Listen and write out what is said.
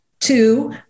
Two